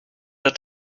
der